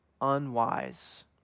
unwise